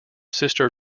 sister